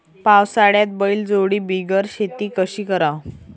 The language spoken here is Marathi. पावसाळ्यात बैलजोडी बिगर शेती कशी कराव?